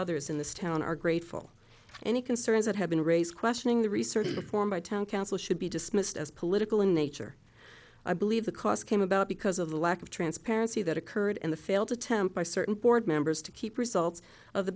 others in this town are grateful for any concerns that have been raised questioning the research before my town council should be dismissed as political in nature i believe the cost came about because of the lack of transparency that occurred and the failed attempt by certain board members to keep results of the